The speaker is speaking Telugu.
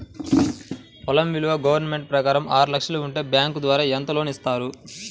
పొలం విలువ గవర్నమెంట్ ప్రకారం ఆరు లక్షలు ఉంటే బ్యాంకు ద్వారా ఎంత లోన్ ఇస్తారు?